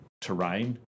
terrain